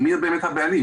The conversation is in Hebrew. מי באמת הבעלים,